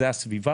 3%,